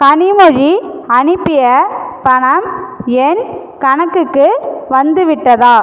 கனிமொழி அனுப்பிய பணம் என் கணக்குக்கு வந்துவிட்டதா